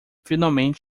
finalmente